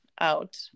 out